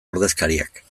ordezkariak